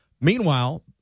Meanwhile